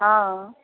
हँ